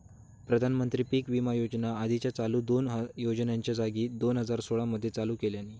प्रधानमंत्री पीक विमा योजना आधीच्या चालू दोन योजनांच्या जागी दोन हजार सोळा मध्ये चालू केल्यानी